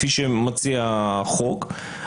כפי שמציע החוק,